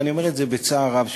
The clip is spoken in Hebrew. ואני אומר את זה בצער רב,